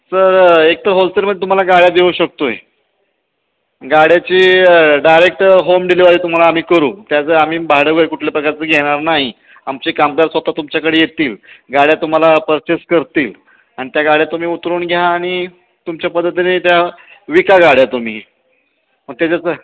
sir एक तर होलसेलमध्ये तुम्हाला गाड्या देऊ शकतो आहे गाड्याची डायरेक्ट होम डिलिव्हरी तुम्हाला आम्ही करू त्याचं आम्ही भाडं वगैरे कुठल्या प्रकारचं घेणार नाही आमचे कामगार स्वतः तुमच्याकडे येतील गाड्या तुम्हाला परचेस करतील आणि त्या गाड्या तुम्ही उतरून घ्या आणि तुमच्या पद्धतीने त्या विका गाड्या तुम्ही ग त्याच्यातून